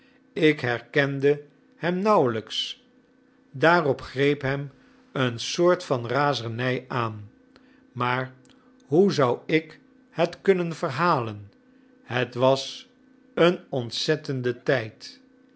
ik herkende hem nauwelijks daarop greep hem een soort van razernij aan maar hoe zou ik het kunnen verhalen het was een ontzettende tijd